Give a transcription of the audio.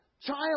child